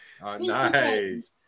Nice